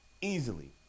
easily